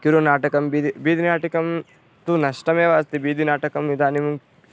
किरुनाटकं बीदि बीदिनाटिकं तु नष्टमेव अस्ति बीदिनाटकम् इदानीं